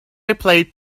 played